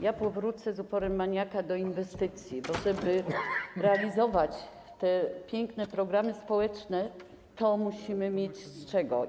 Ja powrócę, z uporem maniaka do inwestycji, bo żeby realizować te piękne programy społeczne, to musimy mieć z czego.